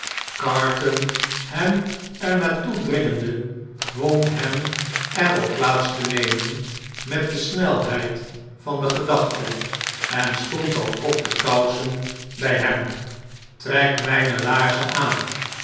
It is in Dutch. carton hem er naar toe dringende dwong hem er op plaats te nemen met de snelheid van de gedachte en stond al op de kousen by hem b trek mijne laarzen aan